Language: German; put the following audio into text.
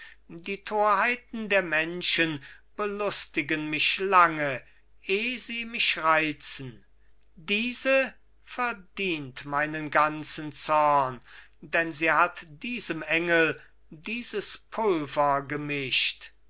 die torheiten der menschen belustigen mich lange eh sie mich reizen diese verdient meinen ganzen zorn denn sie hat diesem engel dieses pulver gemischt